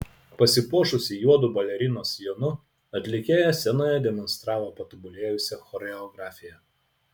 pasipuošusi juodu balerinos sijonu atlikėja scenoje demonstravo patobulėjusią choreografiją